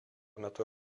metu